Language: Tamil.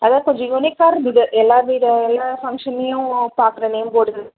அதுதான் கொஞ்சம் யுனிக்காக இருந்தது எல்லா வீடு எல்லா ஃபங்க்ஷன்லேயும் பார்க்குற நேம் போர்டு